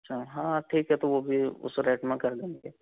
अच्छा हाँ ठीक है तो वह भी उस रेट में कर देंगे